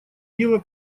дело